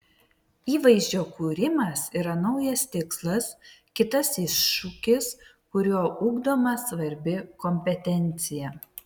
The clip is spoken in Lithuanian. įvaizdžio kūrimas yra naujas tikslas kitas iššūkis kuriuo ugdoma svarbi kompetencija